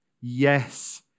Yes